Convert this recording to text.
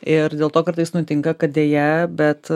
ir dėl to kartais nutinka kad deja bet